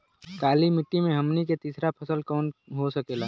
काली मिट्टी में हमनी के तीसरा फसल कवन हो सकेला?